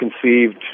conceived